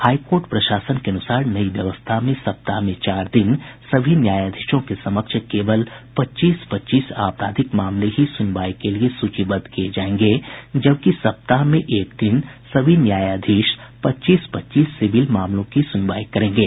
high court प्रशासन के अनुसार नई व्यवस्था में सप्ताह में चार दिन सभी न्यायाधीशों के समक्ष केवल पच्चीस पच्चीस आपराधिक मामले ही सुनवाई के लिए सूचीबद्ध किये जायेंगे जबकि सप्ताह में एक दिन सभी न्यायाधीश पच्चीस पच्चीस सिविल मामलों की सुनवाई करेंगे